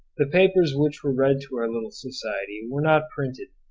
the papers which were read to our little society were not printed,